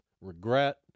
regret